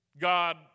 God